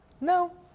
No